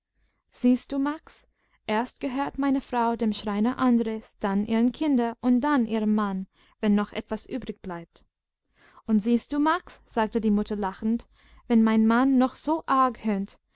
siehst du max erst gehört meine frau dem schreiner andres dann ihren kindern und dann ihrem mann wenn noch etwas übrig bleibt und siehst du max sagte die mutter lachend wenn mein mann noch so arg